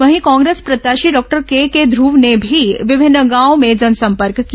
वहीं कांग्रेस प्रत्याशी doctor K K Dhruv ने भी विभिन्न गांवों में जनसंपर्क किया